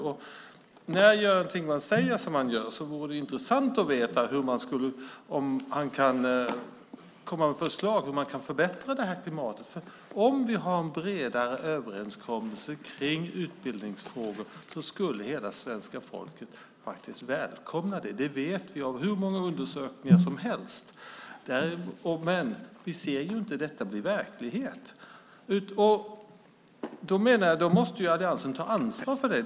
När Göran Thingwall säger som han gör vore det intressant att veta om han kan komma med förslag om hur man kan förbättra det här klimatet. Om vi har en bredare överenskommelse om utbildningsfrågor skulle hela svenska folket faktiskt välkomna det. Det vet jag från hur många undersökningar som helst. Men vi ser ju inte detta bli verklighet. Jag menar att alliansen måste ta ansvar för det.